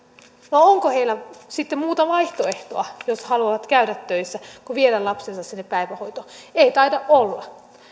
onko heillä sitten muuta vaihtoehtoa jos haluavat käydä töissä kuin vielä lapsensa sinne päivähoitoon ei taida olla